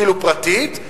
כאילו פרטית,